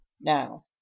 Now